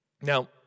Now